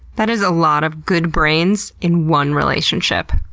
that is a lot of good brains in one relationship.